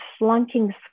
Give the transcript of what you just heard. slunking